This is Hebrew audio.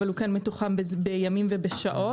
אבל הוא כן מתוחם בימים ובשעות,